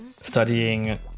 studying